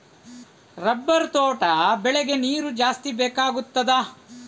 Rubber ತೋಟ ಬೆಳೆಗೆ ನೀರು ಜಾಸ್ತಿ ಬೇಕಾಗುತ್ತದಾ?